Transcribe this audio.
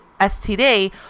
STD